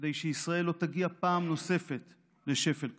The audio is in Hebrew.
כדי שישראל לא תגיע פעם נוספת לשפל כזה.